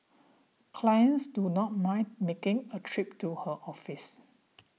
clients do not mind making a trip to her office